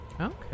okay